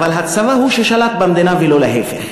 אבל הצבא הוא ששלט במדינה ולא להפך.